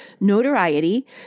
notoriety